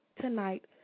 tonight